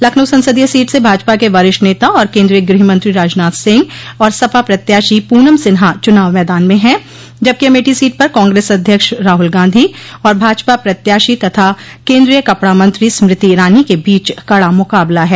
लखनऊ संसदीय सीट से भाजपा के वरिष्ठ नेता और केन्द्रीय गृहमंत्री राजनाथ सिंह और सपा प्रत्याशी प्रनम सिन्हा चुनाव मैदान में हैं जबकि अमेठी सीट पर कांग्रेस अध्यक्ष राहुल गांधी और भाजपा प्रत्याशी तथा केन्द्रीय कपड़ा मंत्री स्मृति ईरानी के बीच कड़ा मुकाबला है